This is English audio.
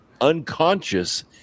unconscious